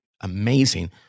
amazing